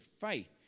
faith